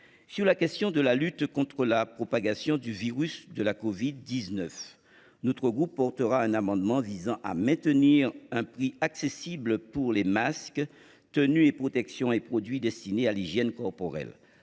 Pour ce qui est de la lutte contre la propagation du virus de la covid 19, notre groupe défendra un amendement visant à maintenir un prix accessible pour les masques, tenues, protections et produits destinés à l’hygiène corporelle,